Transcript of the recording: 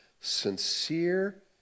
sincere